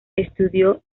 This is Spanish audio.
estudió